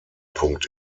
punkt